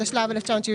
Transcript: התשל"ו 1975,